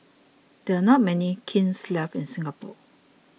there are not many kilns left in Singapore